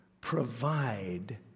provide